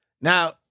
Now